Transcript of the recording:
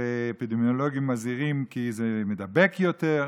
והאפידמיולוגים מזהירים כי זה מידבק יותר.